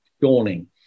dawning